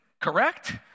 correct